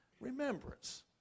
remembrance